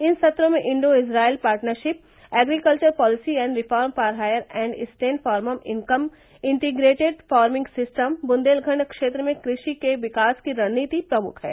इन सत्रो में Indo Israel partnership agriculture policy and reform for higher and stable farm income integrated farming system Bundelkhand क्षेत्र में कृषि के विकास की रणनीति प्रमुख है